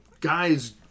guys